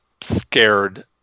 scared